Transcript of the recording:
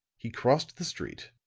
he crossed the street,